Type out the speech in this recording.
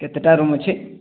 କେତେଟା ରୁମ ଅଛି